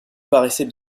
paraissait